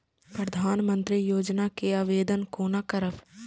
प्रधानमंत्री योजना के आवेदन कोना करब?